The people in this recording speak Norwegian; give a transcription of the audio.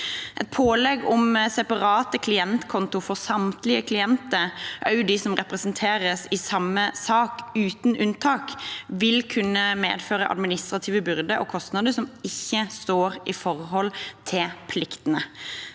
Et pålegg om separate klientkontoer for samtlige klienter, også de som representeres i samme sak, uten unntak, vil kunne medføre administrative byrder og kostnader som ikke står i forhold til pliktene.